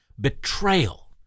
Betrayal